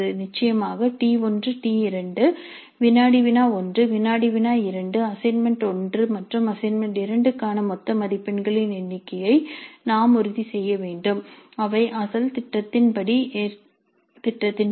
நிச்சயமாக T 1 T 2 வினாடி வினா 1 வினாடி வினா 2 அசைன்மென்ட் 1 மற்றும் அசைன்மென்ட் 2 க்கான மொத்த மதிப்பெண்களின் எண்ணிக்கையை நாம் உறுதி செய்ய வேண்டும் அவை அசல் திட்டத்தின் படி